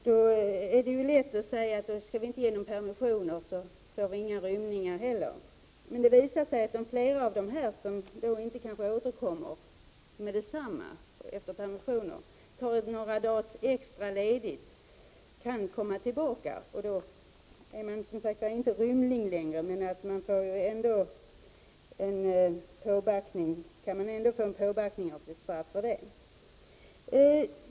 Det är ju då lätt att säga att vi inte skall bevilja några permissioner, för då får vi inga rymningar. Men det visar sig att flera av dem som inte återkommer efter permissioner utan tar ut några dagars extra ledighet kan komma tillbaka och då är de inte rymlingar längre. Man kan dock ändå få en påbackning på sitt straff.